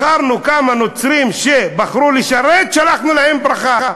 בחרנו כמה נוצרים שבחרו לשרת, שלחנו להם ברכה.